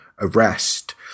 arrest